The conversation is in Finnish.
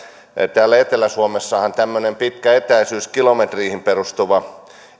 täällä etelä suomessahan tämmöinen pitkä etäisyys kilometreihin perustuva